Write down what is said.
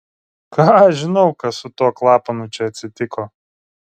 ką aš žinau kas su tuo klapanu čia atsitiko